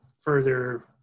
further